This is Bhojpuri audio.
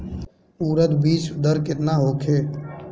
उरद बीज दर केतना होखे?